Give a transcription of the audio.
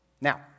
Now